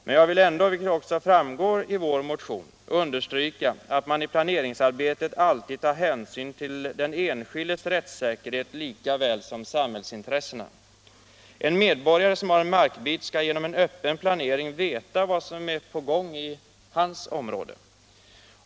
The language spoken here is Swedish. Men jag vill ändå understryka — vilket också framgår av motionen — att man i planeringsarbetet alltid skall ta hänsyn till den enskildes rättssäkerhet lika väl som till de s.k. samhällsintressena. En medborgare som har en markbit skall genom en öppen planering veta vad som är på gång i hans område.